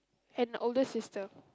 an older sister